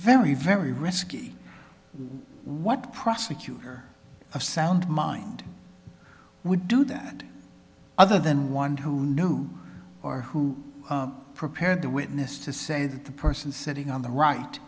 very very risky what prosecutor of sound mind would do that other than one who knew or who prepared the witness to say that the person sitting on the right